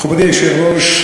מכובדי היושב-ראש,